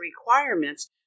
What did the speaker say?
requirements